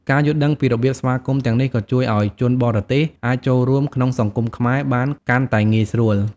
ការយល់ដឹងពីរបៀបស្វាគមន៍ទាំងនេះក៏ជួយឲ្យជនបរទេសអាចចូលរួមក្នុងសង្គមខ្មែរបានកាន់តែងាយស្រួល។